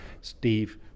Steve